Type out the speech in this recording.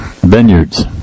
vineyards